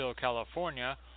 California